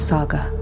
Saga